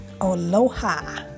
Aloha